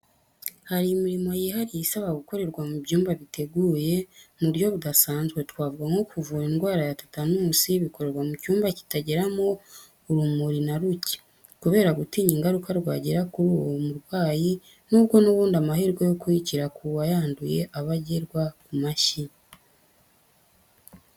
Hari imirimo yihariye isaba gukorerwa mu byumba biteguye mu buryo budasanzwe, twavuga nko kuvura indwara ya tetanusi, bikorerwa mu cyumba kitageramo urumuri na ruke, kubera gutinya ingaruka rwagira kuri uwo murwayi nubwo n'ubundi amahirwe yo kuyikira ku wayanduye aba agerwa ku mashyi.